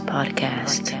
Podcast